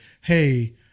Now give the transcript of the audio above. hey